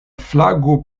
flago